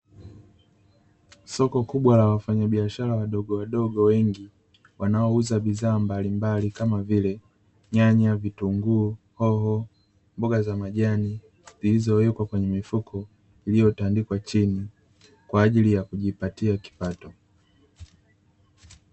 Soko kubwa la wafanyabiashara wadogowadogo wengi wanaouza bidhaa mbalimbali, kama vile nyanya, vitunguu, hoho, mboga za majani, zilizowekwa kwenye mifuko iliyotandikwa chini kwa ajili ya kujipatia kipato.